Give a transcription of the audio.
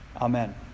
Amen